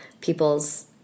people's